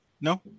No